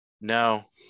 no